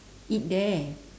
eat there